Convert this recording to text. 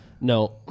No